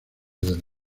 del